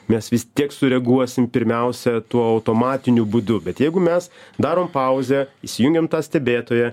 mes vis tiek sureaguosim pirmiausia tuo automatiniu būdu bet jeigu mes darom pauzę įsijungiam tą stebėtoją